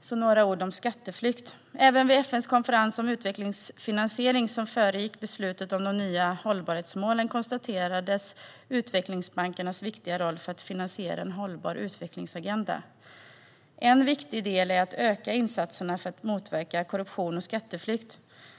också säga några ord om skatteflykt. Även vid FN:s konferens om utvecklingsfinansiering som föregick beslutet om de nya hållbarhetsmålen konstaterades utvecklingsbankernas viktiga roll för att finansiera en hållbar utvecklingsagenda. En viktig del är att öka insatserna för att motverka korruption och skatteflykt.